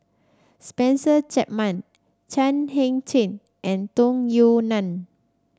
Spencer Chapman Chan Heng Chee and Tung Yue Nang